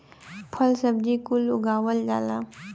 फल सब्जी कुल उगावल जाला